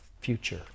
future